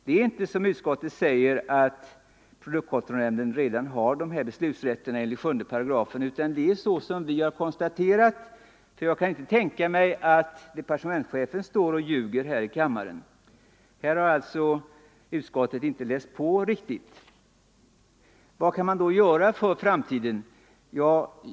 Det är inte, som utskottet säger, på det sättet att produktkontrollnämnden har denna beslutsrätt enligt 7 §, utan det förhåller sig så som vi har konstaterat. Jag kan inte tänka mig att departementschefen står och ljuger här i kammaren. Utskottet har alltså inte läst på riktigt. Vad kan man då göra för framtiden?